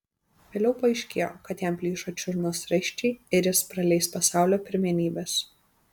vėliau paaiškėjo kad jam plyšo čiurnos raiščiai ir jis praleis pasaulio pirmenybes